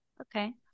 Okay